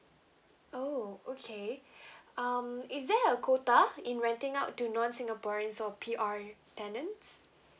oh okay um is there a quota in renting out to non singaporeans or P_R tenants